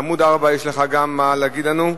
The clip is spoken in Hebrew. בעמוד 4 יש לך גם מה להגיד לנו,